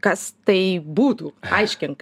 kas tai būtų aiškink